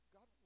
God